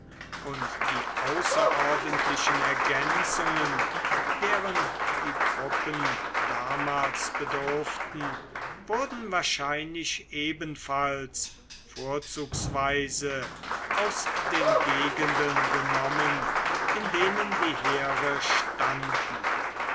und die außerordentlichen ergänzungen deren die truppen damals bedurften wurden wahrscheinlich ebenfalls vorzugsweise aus den gegenden genommen in denen die heere standen